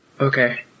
Okay